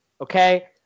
okay